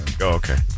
okay